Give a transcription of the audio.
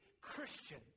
Christian